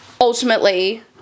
ultimately